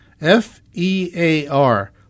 F-E-A-R